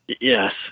Yes